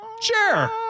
Sure